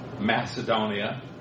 Macedonia